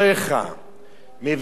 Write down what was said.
מביאך אל ארץ טובה,